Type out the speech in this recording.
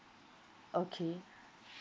okay